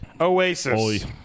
Oasis